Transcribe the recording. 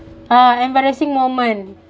ah embarrassing moment